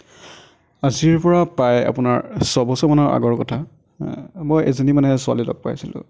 আজিৰ পৰা প্ৰায় আপোনাৰ ছবছৰ মানৰ আগৰ কথা মই এজনী মানে ছোৱালী লগ পাইছিলোঁ